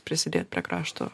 prisidėt prie krašto